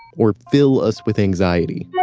or fill us with anxiety,